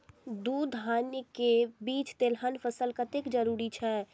दू धान्य फसल के बीच तेलहन फसल कतेक जरूरी छे?